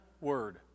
word